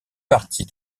partie